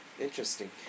Interesting